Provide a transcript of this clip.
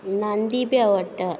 नांदी बी आवाडटा